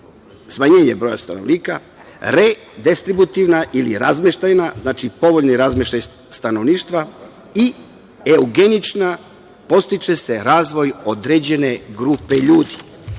smanjenje broja stanovnika, redestributivna ili razmeštajna, znači povoljni razmeštaj stanovništva i eugenična, podstiče se razvoj određene grupe ljudi. Zato